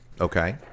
Okay